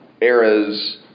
eras